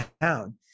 town